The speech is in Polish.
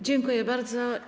Dziękuję bardzo.